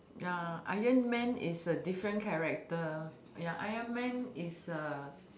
ya iron man is a different character ya iron man is a